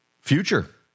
future